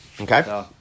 Okay